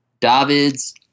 Davids